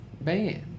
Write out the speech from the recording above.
band